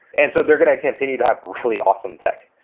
and so they're going to continue to have really awesome tech.